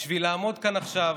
בשביל לעמוד כאן עכשיו